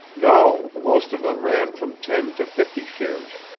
no most of them ran from ten to fifty shares.